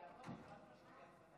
חבריי חברי הכנסת,